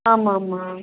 ஆமாம் ஆமாம்